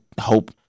hope